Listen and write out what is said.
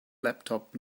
laptop